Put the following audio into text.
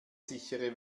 sichere